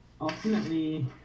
ultimately